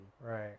Right